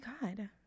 God